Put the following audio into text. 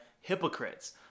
hypocrites